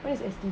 where is S_T_B